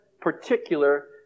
particular